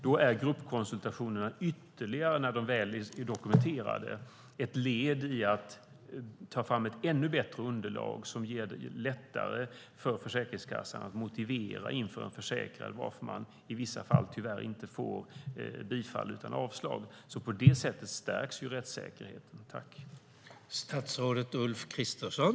Då är gruppkonsultationerna ytterligare, när de väl är dokumenterade, ett led i att ta fram ett ännu bättre underlag som gör det lättare för Försäkringskassan att motivera inför en försäkrad varför man i vissa fall tyvärr inte får bifall utan avslag. På det sättet stärks rättssäkerheten.